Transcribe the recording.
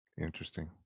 Interesting